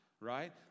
right